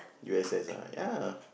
U_S_S ah ya